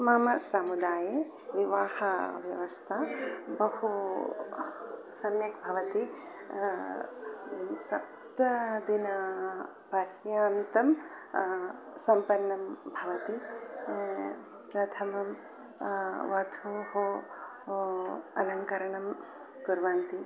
मम समुदाये विवाहव्यवस्था बहु सम्यक् भवति सप्तदिनपर्यन्तं सम्पन्नं भवति प्रथमं वध्वाः ओ अलङ्करणं कुर्वन्ति